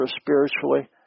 spiritually